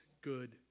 good